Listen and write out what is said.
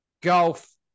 Golf